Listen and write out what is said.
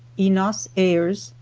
enos ayres,